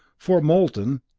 for, molten,